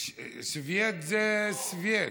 סובייט זה סובייט.